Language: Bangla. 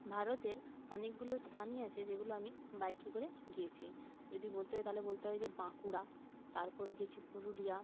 ভারতের অনেকগুলো স্থানই আছে যেগুলো আমি বাইকে করে গিয়েছি যদি বলতে হয় তাহলে বলতে হয় যে বাঁকুড়া তারপর গেছি পুরুলিয়া